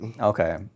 Okay